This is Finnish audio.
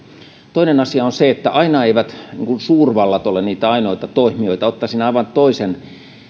toinen asia on se että aina eivät suurvallat ole niitä ainoita toimijoita ottaisin aivan toisen